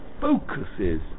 focuses